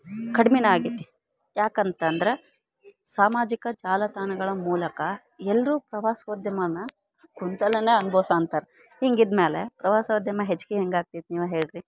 ಕಡ್ಮೆನೆ ಆಗೆತಿ ಯಾಕಂತಂದ್ರ ಸಾಮಾಜಿಕ ಜಾಲತಾಣಗಳ ಮೂಲಕ ಎಲ್ಲರು ಪ್ರವಾಸೋದ್ಯಮನ ಕುಂತಲನೆ ಅನುಭವಿಸು ಅಂತರ ಹಿಂಗಿದ್ಮ್ಯಾಲೆ ಪ್ರವಾಸೋದ್ಯಮ ಹೆಚ್ಗಿ ಹೆಂಗಾಗ್ತಿತೆ ನೀವ ಹೇಳ್ರಿ